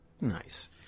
Nice